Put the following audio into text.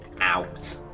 out